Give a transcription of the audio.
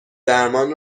درمان